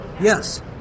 yes